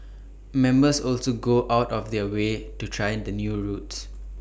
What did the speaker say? members also go out of their way to try the new routes